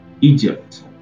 Egypt